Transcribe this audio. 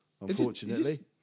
Unfortunately